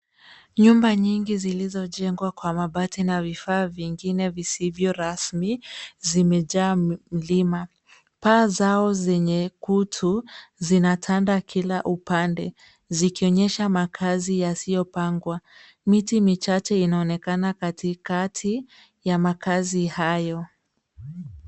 Nyumba nyingi zilizojengwa kwa mabati na vifaa vingine visivyo rasmi, zimejaa mlima. Paa zao zenye kutu, zinatanda kila upande, zikionyesha makazi yasiyopangwa. Miti michache inaonekana katikati ya makazi hayo.